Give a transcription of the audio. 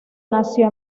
nació